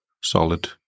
Solid